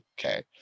Okay